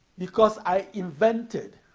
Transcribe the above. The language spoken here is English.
because i invented